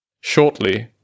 shortly